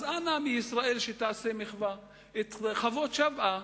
אז אנא מישראל, שתעשה מחווה ותחזיר את חוות-שבעא